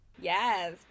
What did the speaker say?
yes